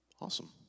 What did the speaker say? awesome